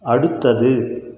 அடுத்தது